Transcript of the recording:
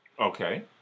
Okay